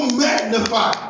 magnify